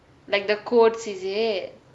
like the codes is it